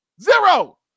zero